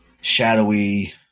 shadowy